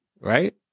Right